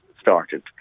started